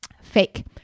fake